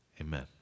amen